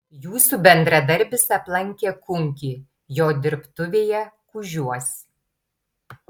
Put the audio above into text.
jūsų bendradarbis aplankė kunkį jo dirbtuvėje kužiuos